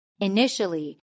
Initially